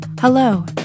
Hello